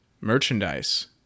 merchandise